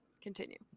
Continue